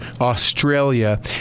Australia